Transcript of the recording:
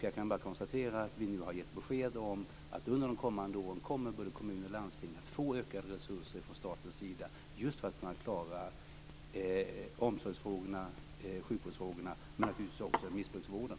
Jag kan bara konstatera att vi nu har gett besked om att under de kommande åren kommer både kommuner och landsting att få ökade resurser från statens sida just för att kunna klara omsorgsfrågorna, sjukvårdsfrågorna, men naturligtvis också missbrukarvården.